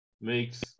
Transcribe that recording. makes